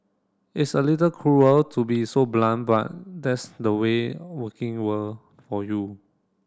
it's a little cruel to be so blunt but that's the way working world for you